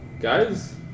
Guys